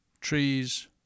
trees